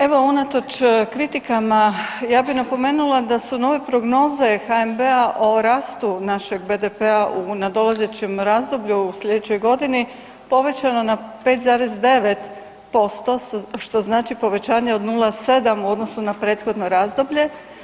Evo unatoč kritikama, ja bi napomenula da su nove prognoze HNB-a o rastu našeg BDP-a na dolazećem razdoblju u slijedećoj godini povećano na 5,9% što znači povećanje od 0,7 u odnosu na prethodno razdoblje.